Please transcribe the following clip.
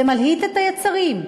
זה מלהיט את היצרים,